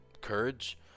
courage